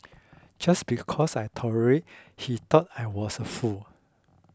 just because I tolerate he thought I was a fool